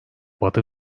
batı